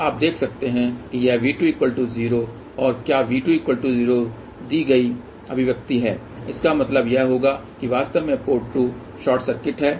तो आप देख सकते हैं कि यह V20 और क्या V20 दी की गई अभिव्यक्ति है इसका मतलब यह होगा कि वास्तव में पोर्ट 2 शॉर्ट सर्किट हैं